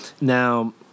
Now